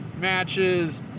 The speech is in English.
matches